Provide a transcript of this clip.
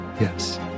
yes